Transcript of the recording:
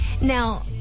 Now